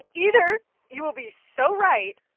either you will be so right,